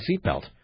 seatbelt